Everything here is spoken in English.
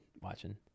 watching